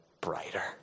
brighter